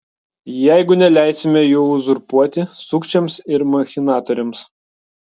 jeigu neleisime jų uzurpuoti sukčiams ir machinatoriams